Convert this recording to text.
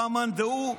ובא מאן דהוא,